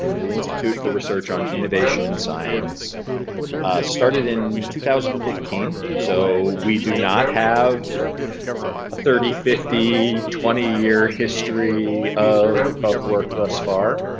the institute for research on innovation in science started in two thousand and fifteen, so we do not have a thirty, fifty, twenty year history of of work thus far.